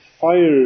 fire